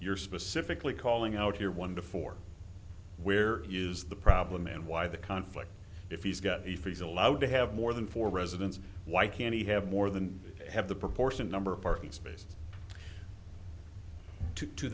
you're specifically calling out here one before where is the problem and why the conflict if he's got the fees allowed to have more than four residents why can't he have more than have the proportion number of parking space to to